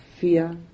fear